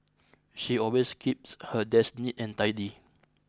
she always keeps her desk neat and tidy